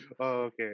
okay